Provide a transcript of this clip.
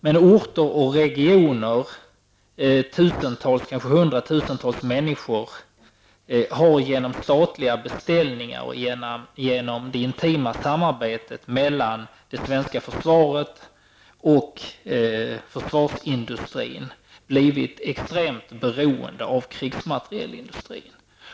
Men orter och regioner samt tusentals, kanske hundratusentals människor har genom statliga beställningar och genom det intima samarbetet mellan det svenska försvaret och försvarsindustrin blivit extremt beroende av krigsmaterielindustrin.